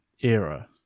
era